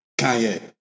Kanye